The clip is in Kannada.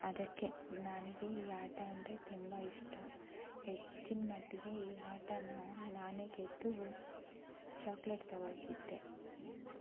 ಅದಕ್ಕೆ ನನಗೆ ಈ ಆಟ ಅಂದರೆ ತುಂಬ ಇಷ್ಟ ಹೆಚ್ಚಿನ ಮಟ್ಟಿಗೆ ಈ ಆಟನ ನಾನೇ ಗೆದ್ದು ಚಾಕ್ಲೆಟ್ ತಗೊಳ್ತಿದ್ದೆ